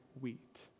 wheat